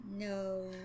No